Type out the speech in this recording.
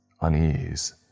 Unease